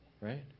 right